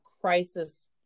crisis